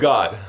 God